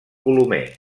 colomer